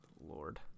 Lord